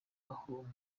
aho